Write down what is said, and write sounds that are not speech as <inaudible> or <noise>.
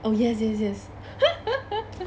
oh yes yes yes <laughs>